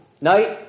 Night